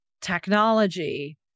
technology